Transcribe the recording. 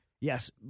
Yes